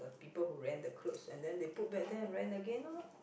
people who rent the clothes and then they put back there and rent again orh